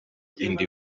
inda